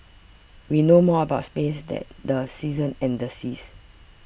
we know more about space than the seasons and the seas